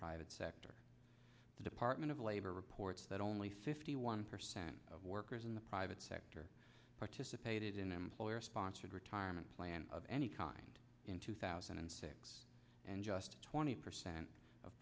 private sector the department of labor reports that only fifty one percent of workers in the private sector participated in employer sponsored retirement plan of any kind in two thousand and six and just twenty percent of